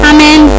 Amen